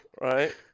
right